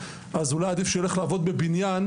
אז אולי עדיף שיילך לעבוד בבניין,